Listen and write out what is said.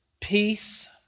peace